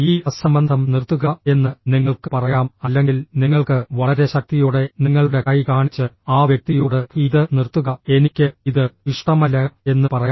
ഈ അസംബന്ധം നിർത്തുക എന്ന് നിങ്ങൾക്ക് പറയാം അല്ലെങ്കിൽ നിങ്ങൾക്ക് വളരെ ശക്തിയോടെ നിങ്ങളുടെ കൈ കാണിച്ച് ആ വ്യക്തിയോട് ഇത് നിർത്തുക എനിക്ക് ഇത് ഇഷ്ടമല്ല എന്ന് പറയാം